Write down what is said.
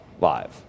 live